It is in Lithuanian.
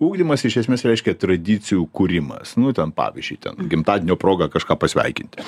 ugdymas iš esmės reiškia tradicijų kūrimas nu ten pavyzdžiui ten gimtadienio proga kažką pasveikinti